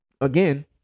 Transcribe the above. again